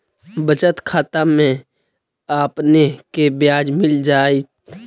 बचत खाता में आपने के ब्याज मिल जाएत